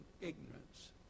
ignorance